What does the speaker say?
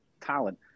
talent